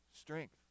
strength